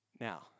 Now